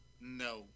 no